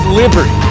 liberty